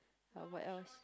uh what else